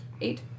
Eight